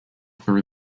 through